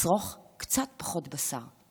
לצריכת קצת פחות בשר.